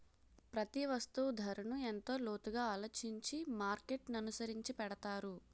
ప్రతి వస్తువు ధరను ఎంతో లోతుగా ఆలోచించి మార్కెట్ననుసరించి పెడతారు